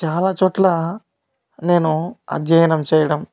చాలాచోట్ల నేను అధ్యయనం చేయడం